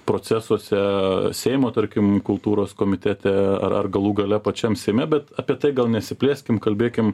procesuose seimo tarkim kultūros komitete ar ar galų gale pačiam seime bet apie tai gal nesiplėskim kalbėkim